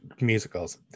musicals